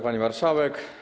Pani Marszałek!